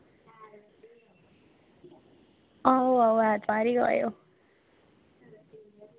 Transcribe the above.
आओ आओ ऐतबार ही आएओ